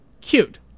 Cute